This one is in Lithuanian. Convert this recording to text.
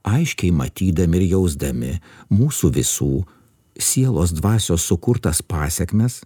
aiškiai matydami ir jausdami mūsų visų sielos dvasios sukurtas pasekmes